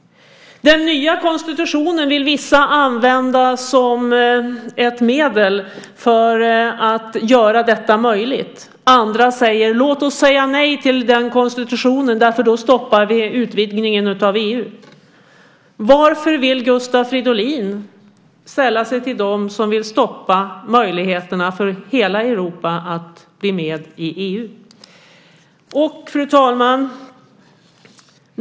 Den nya konstitutionen vill vissa använda som ett medel för att göra detta möjligt. Andra säger: Låt oss säga nej till den konstitutionen därför att då stoppar vi utvidgningen av EU. Varför vill Gustav Fridolin sälla sig till dem som vill stoppa möjligheten för hela Europa att vara med i EU? Fru talman!